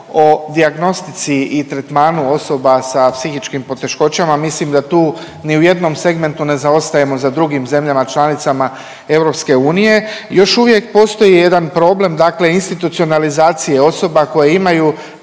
o dijagnostici i tretmanu osoba sa psihičkim poteškoćama, mislim da tu ni u jednom segmentu ne zaostajemo za drugim zemljama članicama EU. Još uvijek postoji jedan problem, dakle institucionalizacije osoba koje imaju